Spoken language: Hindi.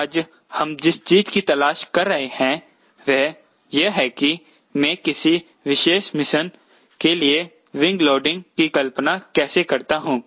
आज हम जिस चीज की तलाश कर रहे हैं वह यह है कि मैं किसी विशेष मिशन के लिए विंग लोडिंग की कल्पना कैसे करता हूं